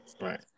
Right